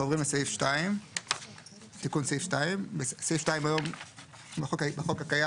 אנחנו עוברים לסעיף 2. תיקון סעיף 2. סעיף 2 היום בחוק הקיים,